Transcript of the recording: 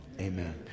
Amen